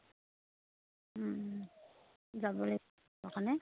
যাবলৈ কাৰণে